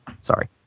Sorry